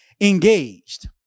engaged